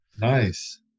Nice